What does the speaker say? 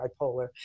bipolar